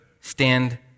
Stand